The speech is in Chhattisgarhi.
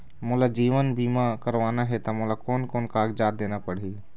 मोला जीवन बीमा करवाना हे ता मोला कोन कोन कागजात देना पड़ही?